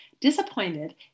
Disappointed